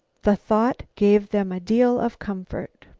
the thought gave them a deal of comfort.